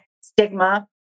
stigma